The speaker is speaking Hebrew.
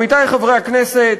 עמיתי חברי הכנסת,